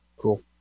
cool